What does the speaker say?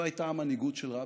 זו הייתה המנהיגות של רבין.